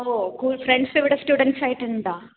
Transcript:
ഓ friends ഇവിടെ students ആയിട്ട് ഉണ്ടോ